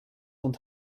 und